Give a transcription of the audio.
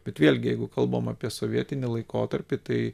bet vėlgi jeigu kalbam apie sovietinį laikotarpį tai